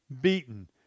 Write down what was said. beaten